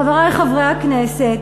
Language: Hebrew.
חברי חברי הכנסת,